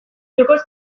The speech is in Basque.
jokoz